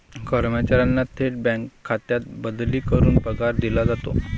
कर्मचाऱ्यांना थेट बँक खात्यात बदली करून पगार दिला जातो